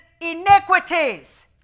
iniquities